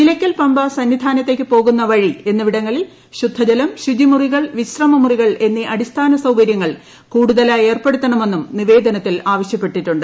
നിലയ്ക്കൽ പമ്പ സന്നിധാനത്തേക്ക് പോകുന്ന വഴി എന്നിവിടങ്ങളിൽ ശുദ്ധജലം ശുചിമുറികൾ വിശ്രമ മുറികൾ എന്നീ അടിസ്ഥാന സൌകര്യങ്ങൾ കൂടുതലായി ഏർപ്പെടുത്തണമെന്നും നിവേദനത്തിൽ ആവശ്യപ്പെട്ടിട്ടുണ്ട്